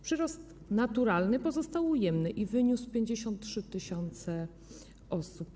Przyrost naturalny pozostał ujemny i wyniósł 53 tys. osób.